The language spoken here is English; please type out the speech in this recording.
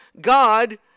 God